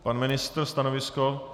Pan ministr stanovisko.